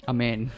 Amen